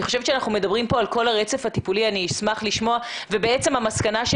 אני חושבת שאנחנו מדברים כאן על כל הרצף הטיפולי והמסקנה של